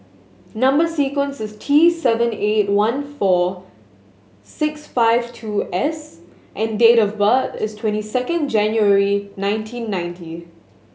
number sequence is T seven eight one four six five two S and date of birth is twenty second January nineteen ninety